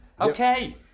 Okay